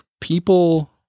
people